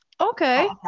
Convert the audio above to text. okay